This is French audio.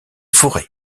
forêts